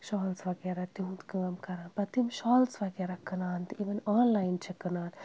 shawls وغیرہ تِہُنٛد کٲم کران پَتہٕ تِم شالٕز وغیرہ کٕنان تہٕ اِوٕن آنلاین چھِ کٕنان